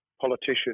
politician